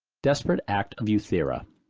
desperate act of euthira.